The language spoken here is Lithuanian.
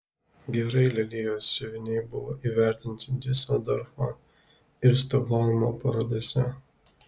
gerai lelijos siuviniai buvo įvertinti diuseldorfo ir stokholmo parodose